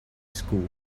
school